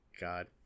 god